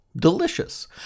delicious